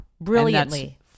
Brilliantly